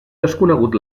desconegut